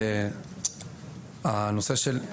ברור.